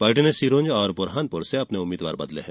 party ने सिरोंज और बुरहानपुर से अपने उम्मीदवार बदले हैं